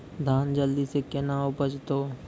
धान जल्दी से के ना उपज तो?